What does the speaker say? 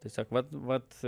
tiesiog vat vat